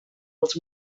els